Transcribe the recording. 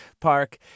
park